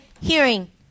hearing